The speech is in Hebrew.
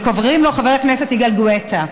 וקוראים לו חבר הכנסת יגאל גואטה.